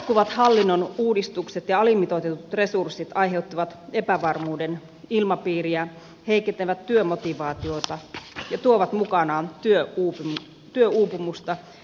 jatkuvat hallinnon uudistukset ja alimitoitetut resurssit aiheuttavat epävarmuuden ilmapiiriä heikentävät työmotivaatiota ja tuovat mukanaan työuupumusta